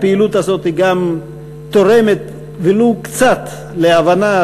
הפעילות הזאת גם תורמת ולו קצת להבנה,